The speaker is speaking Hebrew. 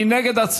מי נגד?